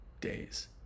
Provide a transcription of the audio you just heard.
days